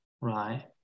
right